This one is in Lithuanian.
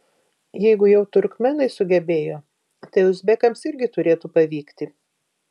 jeigu jau turkmėnai sugebėjo tai uzbekams irgi turėtų pavykti